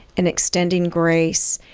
and extending grace,